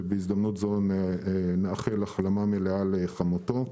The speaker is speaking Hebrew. ובהזדמנות זו נאחל החלמה מלאה לחמותו.